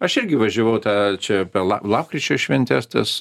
aš irgi važiavau tą čia per la lapkričio šventes tas